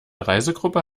reisegruppe